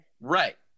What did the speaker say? right